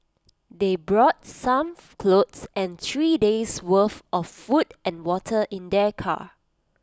they brought some clothes and three days' worth of food and water in their car